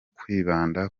kwibanda